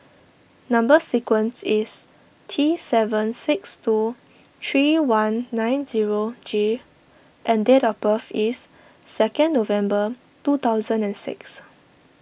Number Sequence is T seven six two three one nine zero G and date of birth is second November two thousand and six